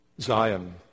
Zion